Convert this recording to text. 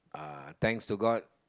uh thanks to god